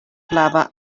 flava